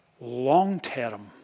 long-term